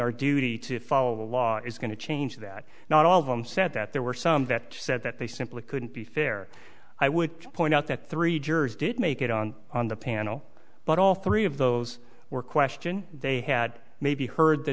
our duty to follow the law is going to change that not all of them said that there were some that said that they simply couldn't be fair i would point out that three jurors did make it on on the panel but all three of those were question they had maybe heard the